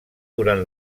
durant